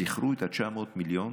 זכרו את ה-900 מיליון